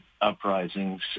uprisings